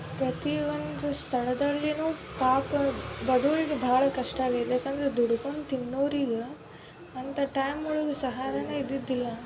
ಪ್ರತಿ ಒಂದು ಸ್ಥಳದಲ್ಲಿಯೂ ಪಾಪ ಬಡೂರಿಗೆ ಭಾಳ ಕಷ್ಟ ಆಗೈತೆ ಯಾಕಂದರೆ ದುಡ್ಕೊಂಡು ತಿನ್ನೋರಿಗೆ ಅಂಥ ಟೈಮೊಳಗೆ ಸಹಾರೆನೇ ಇದ್ದಿದಿಲ್ಲ